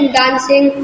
dancing